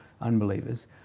unbelievers